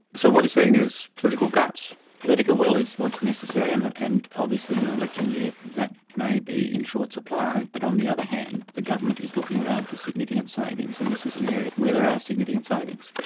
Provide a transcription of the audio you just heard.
so what you're saying is political gut. political will is what's necessary and and obviously in an election year that may be in short supply, but on the other hand the government is looking around for significant savings and this is an area where there are significant savings.